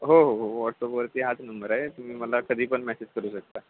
हो हो व्हॉट्सअपवरती हाच नंबर आहे तुम्ही मला कधी पण मॅसेज करू शकता